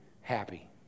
happy